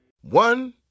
One